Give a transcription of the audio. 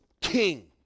king